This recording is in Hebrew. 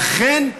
ואכן,